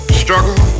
struggle